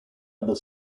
other